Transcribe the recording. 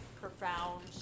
profound